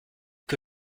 que